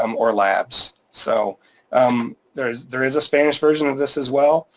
um or labs. so there is there is a spanish version of this as well.